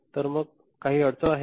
तर मग काही अडचण आहे का